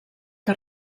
que